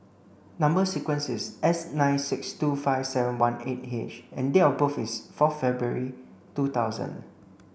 number sequence is S nine six two five seven one eight H and date of birth is four February two thousand